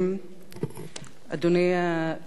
אדוני היושב-ראש,